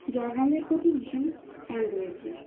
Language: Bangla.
জলরঙের প্রতি ভীষণ টান রয়েছে